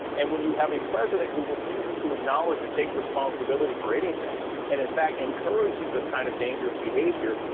and when you have a president who refuses to acknowledge or take responsibility for anything and in fact encourages this kind of dangerous behavior,